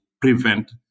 prevent